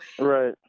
Right